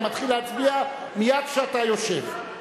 אני מתחיל להצביע מייד כשאתה יושב.